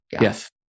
Yes